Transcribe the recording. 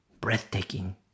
breathtaking